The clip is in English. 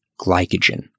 glycogen